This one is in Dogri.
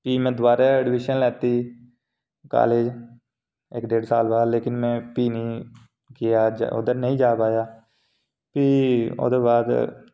भी मे दोबारै ऐडमिशन लैती कालेज इक डेढ साल बाद लेकिन में भी निं गेआ उद्धर नेईं जा पाया भी ओह्दे बाद